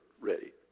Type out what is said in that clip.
ready